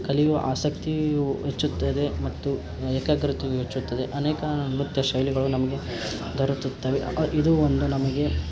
ಕಲಿಯುವ ಆಸಕ್ತಿಯು ಹೆಚ್ಚುತ್ತದೆ ಮತ್ತು ಏಕಾಗ್ರತೆಯು ಹೆಚ್ಚುತ್ತದೆ ಅನೇಕ ನೃತ್ಯ ಶೈಲಿಗಳು ನಮಗೆ ದೊರೆಕುತ್ತವೆ ಇದು ಒಂದು ನಮಗೆ